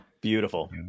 Beautiful